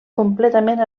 completament